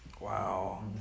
wow